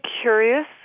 curious